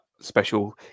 special